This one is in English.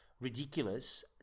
ridiculous